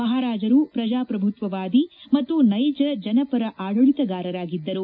ಮಹಾರಾಜರು ಪ್ರಜಾಪ್ರಭುತ್ವವಾದಿ ಮತ್ತು ನೈಜ ಜನಪರ ಆಡಳಿತಗಾರರಾಗಿದ್ದರು